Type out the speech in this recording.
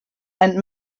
and